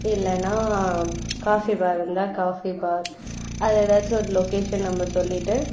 இல்லைன்னா coffee bar இருந்தால் coffee bar அதில் எதாச்சும் ஒரு லொக்கேஷன் நம்ம சொல்லிவிட்டு